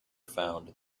found